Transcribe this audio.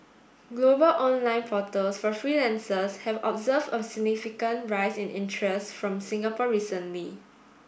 global online portals for freelancers have observed a significant rise in interest from Singapore recently